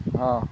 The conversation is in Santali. ᱦᱮᱸ